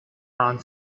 around